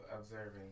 observing